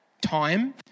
time